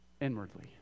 inwardly